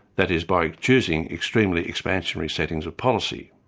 that is, by choosing extremely expansionary settings of policy.